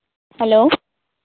hello